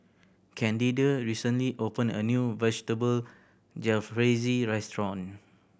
Candida recently opened a new Vegetable Jalfrezi Restaurant